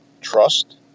trust